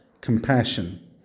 compassion